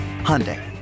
Hyundai